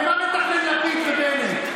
הרי מה מתכננים לפיד ובנט?